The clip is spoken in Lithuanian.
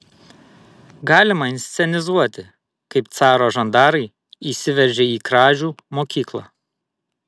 galima inscenizuoti kaip caro žandarai įsiveržia į kražių mokyklą